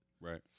Right